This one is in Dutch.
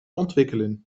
ontwikkelen